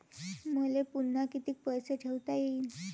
मले पुन्हा कितीक पैसे ठेवता येईन?